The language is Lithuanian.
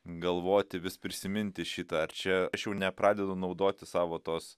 galvoti vis prisiminti šitą ar čia aš jau nepradedu naudoti savo tos